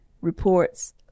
reports